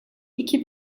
iki